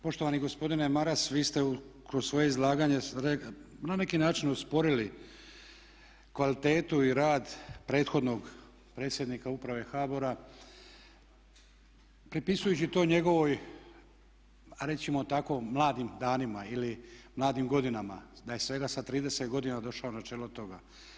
Poštovani gospodine Maras, vi ste kroz svoje izlaganje na neki način osporili kvalitetu i rad prethodnog predsjednika uprave HBOR-a, pripisujući to njegovoj, a reći ćemo tako mladim danima ili mladim godinama da je svega sa 30 godina došao na čelo toga.